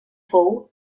fou